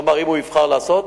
כלומר, אם הוא יבחר לעשות,